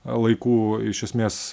laikų iš esmės